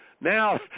now